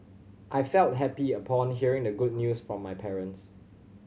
I felt happy upon hearing the good news from my parents